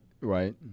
Right